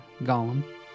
golem